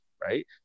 right